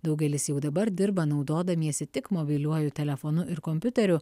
daugelis jau dabar dirba naudodamiesi tik mobiliuoju telefonu ir kompiuteriu